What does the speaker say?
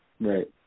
right